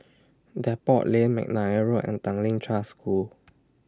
Depot Lane Mcnair Road and Tanglin Trust School